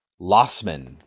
Lossman